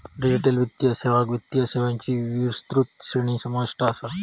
digital वित्तीय सेवात वित्तीय सेवांची विस्तृत श्रेणी समाविष्ट असा